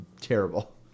terrible